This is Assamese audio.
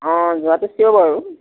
অঁ যোৱাটো চিয়'ৰ বাৰু